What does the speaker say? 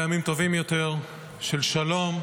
לימים טובים יותר של שלום,